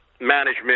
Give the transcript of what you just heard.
management